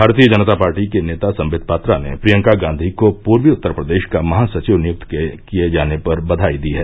भारतीय जनता पार्टी के नेता संबेत पात्रा ने प्रियंका गांधी को पूर्वी उत्तरप्रदेश का महासचिव नियुक्त किये जाने पर बधाई दी हैं